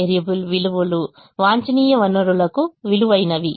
variable విలువలు వాంఛనీయ వనరులకు విలువైనవి